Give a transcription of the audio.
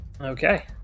Okay